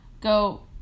Go